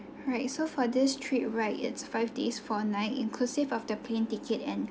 alright so for this trip right it's five days four nights inclusive of the plane ticket and